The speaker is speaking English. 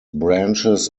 branches